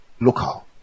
local